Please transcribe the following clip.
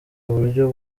uburyo